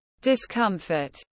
discomfort